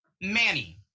Manny